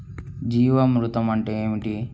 జీవామృతం అంటే ఏమిటి?